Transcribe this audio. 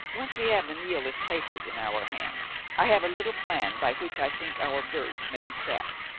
once we have the nihilist papers in our hands i have a little plan by which i think our birds may be trapped.